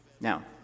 Now